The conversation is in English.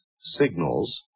signals